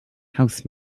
house